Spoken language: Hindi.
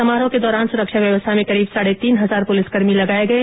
समारोह के दौरान सुरक्षा व्यवस्था में करीब साढ़े तीन हजार पुलिसकर्मी लगाये गये